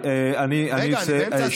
רבותיי, אני מסיים, רגע, אני באמצע הסיפור.